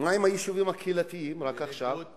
מה עם היישובים הקהילתיים רק עכשיו?